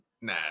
Nah